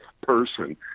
person